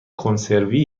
کنسروی